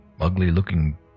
ugly-looking